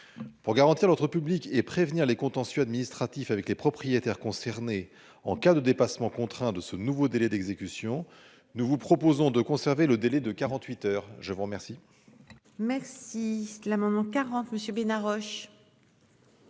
Pour garantir l'autre public et prévenir les contentieux administratifs avec les propriétaires concernés en cas de dépassements contraints de ce nouveau délai d'exécution. Nous vous proposons de conserver le délai de 48 heures, je vous remercie. Merci. L'amendement 40 monsieur Bena Roche.